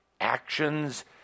actions